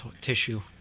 tissue